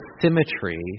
symmetry